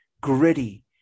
gritty